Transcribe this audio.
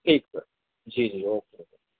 ठीक सर जी जी okay okay